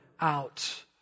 out